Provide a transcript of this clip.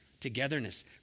togetherness